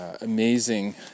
Amazing